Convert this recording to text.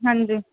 ਹਾਂਜੀ